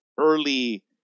Early